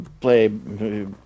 play